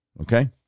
Okay